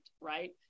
right